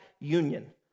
union